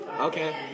Okay